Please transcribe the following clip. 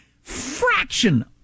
fraction